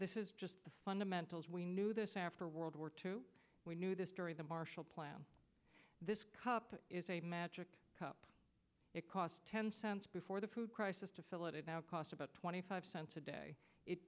this is just the fundamentals we knew this after world war two we knew this during the marshall plan this cup is a magic cup it cost ten cents before the food crisis to fill it it now costs about twenty five cents a day it